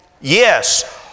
Yes